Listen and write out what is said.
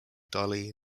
dolly